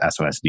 SOSD